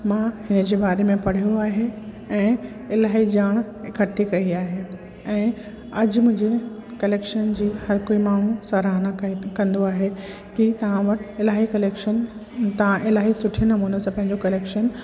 मां हिनजे बारे में पढ़ियो आहे ऐं इलाही ॼाण इकट्ठी कई आहे ऐं अॼु मुंहिंजे कलेक्शन जी हर कोई माण्हू सरहाना कई कंदो आहे कि तव्हां वटि इलाही कलेक्शन तव्हां इलाही सुठे नमूने सां पंहिंजो करेक्शन